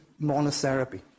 monotherapy